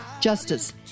justice